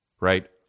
right